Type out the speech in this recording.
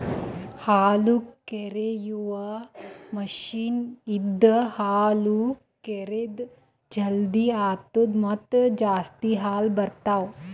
ಹಾಲುಕರೆಯುವ ಮಷೀನ್ ಇಂದ ಹಾಲು ಕರೆದ್ ಜಲ್ದಿ ಆತ್ತುದ ಮತ್ತ ಜಾಸ್ತಿ ಹಾಲು ಬರ್ತಾವ